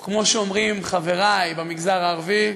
או כמו שאומרים חברי במגזר הערבי: